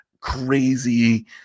crazy